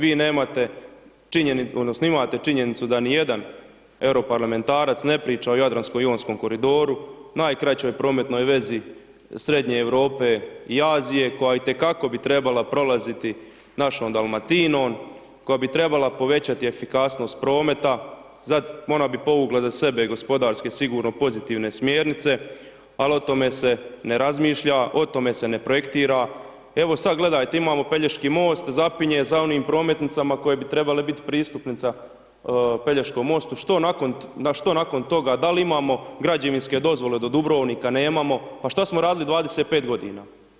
Vi nemate činjenicu, odnosno imate činjenicu da niti jedan europarlamentarac ne priča o Jadransko jonskom koridoru najkraćoj prometnoj vezi Srednje Europe i Azije koja i te kako bi trebala prolaziti našom Dalmatinom koja bi treba povećati efikasnost prometa za, ona bi povukla za sebe gospodarski sigurno pozitivne smjernice, al o tome se razmišlja o tome se projektira, evo sad gledajte imamo Pelješki most, zapinje za onim prometnicama koje bi trebale bit pristupnica Pelješkom mostu, što nakon toga, da li imamo građevinske dozvole do Dubrovnika, nemamo, pa šta smo radili 25 godina.